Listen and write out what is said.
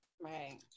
Right